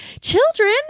Children